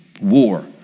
war